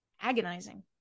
agonizing